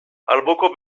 alboko